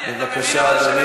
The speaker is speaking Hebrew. בבקשה, אדוני.